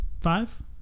Five